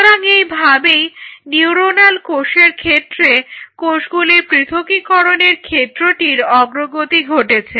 সুতরাং এই ভাবেই নিউরণাল কোষের ক্ষেত্রে কোষগুলির পৃথকীকরণের ক্ষেত্রটির অগ্রগতি ঘটেছে